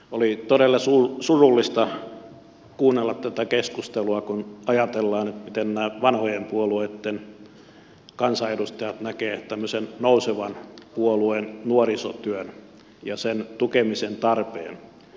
oli todella surullista kuunnella tätä keskustelua kun ajatellaan miten nämä vanhojen puolueitten kansanedustajat näkevät tämmöisen nousevan puolueen nuorisotyön ja sen tukemisen tarpeen